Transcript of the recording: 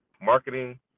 marketing